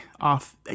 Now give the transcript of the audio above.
off